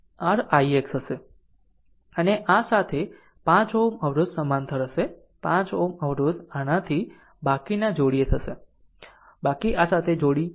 અને આ સાથે 5 Ω અવરોધ સમાંતર હશે 5 Ω અવરોધ આનાથી બાકીના જોડીએ થશે બાકી આ સાથે જોડીએ કરો